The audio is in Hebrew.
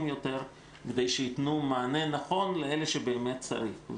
יותר כדי שייתנו מענה נכון לאלה שבאמת זקוקים.